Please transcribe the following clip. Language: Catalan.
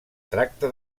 tracta